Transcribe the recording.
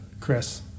Chris